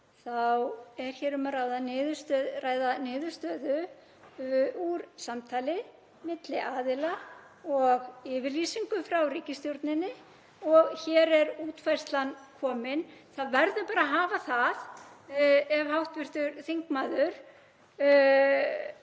þá er hér um að ræða niðurstöðu úr samtali milli aðila og yfirlýsingu frá ríkisstjórninni, og hér er útfærslan komin. Það verður bara að hafa það ef hv. þingmaður